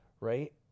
Right